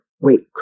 wait